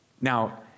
Now